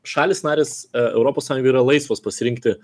šalys narės europos sąjungoj yra laisvos pasirinkti